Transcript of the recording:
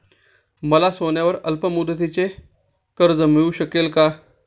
मला सोन्यावर अल्पमुदतीचे कर्ज मिळू शकेल का?